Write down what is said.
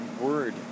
word